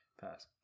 Pass